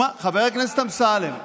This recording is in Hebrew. חבר הכנסת אמסלם.